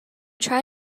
try